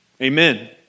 Amen